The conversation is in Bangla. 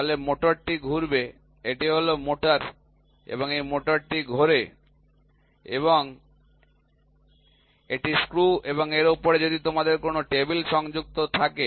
তাহলে মোটরটি ঘুরবে এটি হলো মোটর এই মোটরটি ঘোরে এবং এটি স্ক্রু এবং এর উপরে যদি তোমাদের কোনও টেবিল সংযুক্ত থাকে